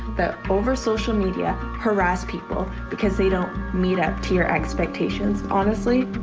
that over social media harass people because they don't meet up to your expectations. honestly,